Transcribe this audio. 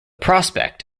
prospect